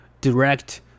direct